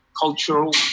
cultural